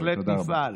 בהחלט נפעל.